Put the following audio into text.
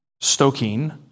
stoking